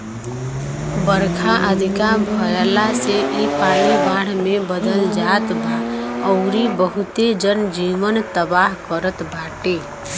बरखा अधिका भयला से इ पानी बाढ़ में बदल जात बा अउरी बहुते जन जीवन तबाह करत बाटे